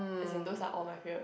as in those are all my favourite